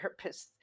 therapists